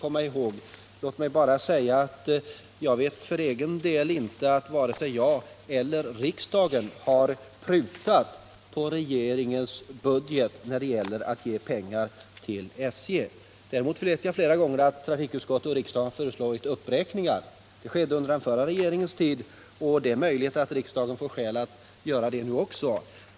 Låt mig bara säga att jag inte vet att vare sig jag eller riksdagen har prutat på regeringens budget när det gäller att ge pengar till SJ. Däremot vet jag att trafikutskott och riksdag flera gånger har föreslagit uppräkningar. Det skedde under den förra regeringens tid, och det är möjligt att riksdagen får skäl att göra det nu också.